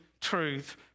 truth